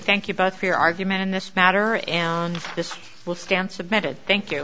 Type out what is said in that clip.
thank you both for your argument in this matter and this will stand submitted thank you